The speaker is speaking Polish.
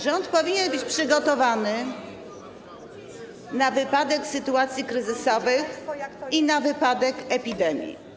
Rząd powinien być przygotowany na wypadek sytuacji kryzysowych i na wypadek epidemii.